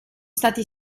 stati